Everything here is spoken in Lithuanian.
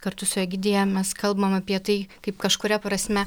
kartu su egidija mes kalbam apie tai kaip kažkuria prasme